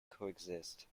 coexist